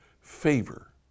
Favor